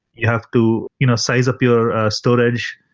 you have to you know size up your storage.